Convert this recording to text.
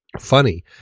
funny